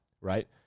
right